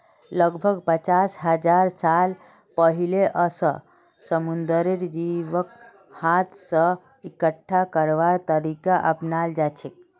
लगभग पचास हजार साल पहिलअ स समुंदरेर जीवक हाथ स इकट्ठा करवार तरीका अपनाल जाछेक